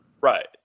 Right